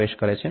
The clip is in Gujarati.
1